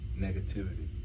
negativity